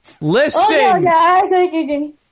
Listen